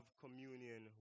communion